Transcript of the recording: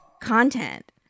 content